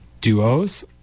duos